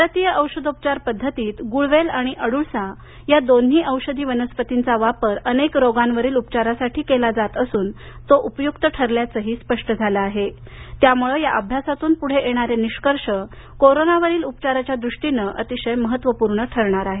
भारतीय औषधोपचार पद्धतीत गुळवेल आणि अड्ळसा या दोन्ही औषधी वनस्पतींचा वापर अनेक रोगांवरील उपचारासाठी केला जात असून तो उपयुक्त ठरल्याचंही स्पष्ट झालं आहे त्यामुळं या अभ्यासातून पुढे येणारे निष्कर्ष कोरोनावरील उपचाराच्या दृष्टीनं अतिशय महत्वपूर्ण ठरणार आहेत